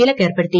വിലക്കേർപ്പെടുത്തി